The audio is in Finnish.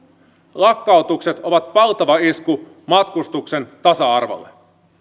lakkautukset ovat valtava isku matkustuksen tasa arvolle